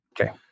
Okay